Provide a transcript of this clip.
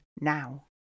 now